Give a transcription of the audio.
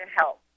help